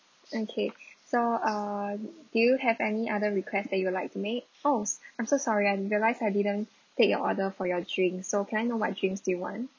okay so uh do you have any other requests that you like to make oh I'm so sorry I realize I didn't take your order for your drink so can I know what drinks do you want